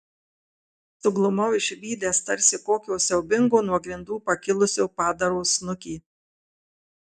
suglumau išvydęs tarsi kokio siaubingo nuo grindų pakilusio padaro snukį